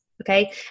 Okay